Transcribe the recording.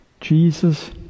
Jesus